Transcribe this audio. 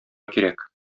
кирәк